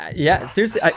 yeah, seriously,